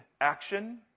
action